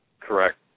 Correct